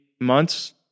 months